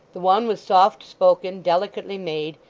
the one was soft-spoken, delicately made,